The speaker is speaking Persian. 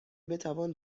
بتوان